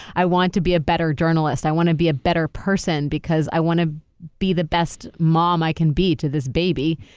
i want to be a better journalist. i want to be a better person because i want to be the best mom i can be to this baby.